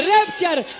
Rapture